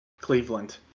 Cleveland